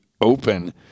open